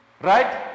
right